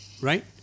right